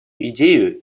идею